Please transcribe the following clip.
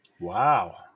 wow